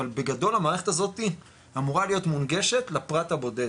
אבל בגדול המערכת הזאת אמורה להיות מונגשת לפרט הבודד